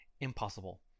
impossible